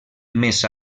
més